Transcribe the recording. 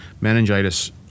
meningitis